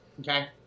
Okay